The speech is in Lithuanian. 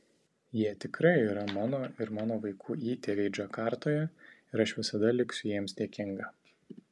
jie tikrai yra mano ir mano vaikų įtėviai džakartoje ir aš visada liksiu jiems dėkinga